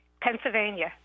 pennsylvania